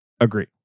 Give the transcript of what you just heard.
Agree